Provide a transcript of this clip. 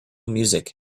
music